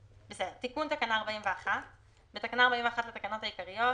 תיקון תקנה 417. בתקנה 41 לתקנות העיקריות,